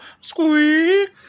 squeak